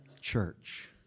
Church